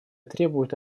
требует